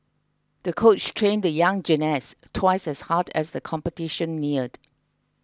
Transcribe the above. the coach trained the young gymnast twice as hard as the competition neared